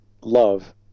love